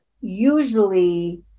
usually